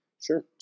Sure